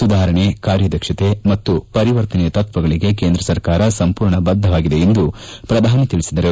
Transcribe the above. ಸುಧಾರಣೆ ಕಾರ್ಯದಕ್ಷತೆ ಮತ್ತು ಪರಿವರ್ತನೆಯ ತತ್ತಗಳಿಗೆ ಕೇಂದ್ರ ಸರ್ಕಾರ ಸಂಪೂರ್ಣ ಬದ್ದವಾಗಿದೆ ಎಂದು ಪ್ರಧಾನಿ ತಿಳಿಸಿದರು